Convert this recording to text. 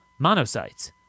monocytes